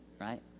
right